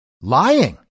lying